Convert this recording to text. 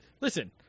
listen